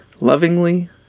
lovingly